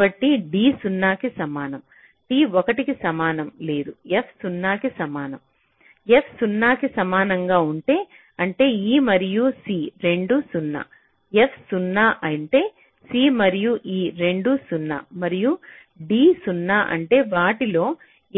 కాబట్టి d 0 కి సమానం t 1 కు సమానం లేదా f 0 కి సమానం f 0 కి సమానంగా ఉంటే అంటే e మరియు c రెండూ 0 f 0 అంటే c మరియు e రెండూ 0 మరియు d 0 అంటే వాటిలో